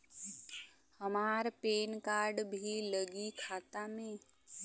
हमार PAN card भी लगी खाता में?